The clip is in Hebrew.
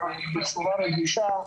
בצורה רגישה,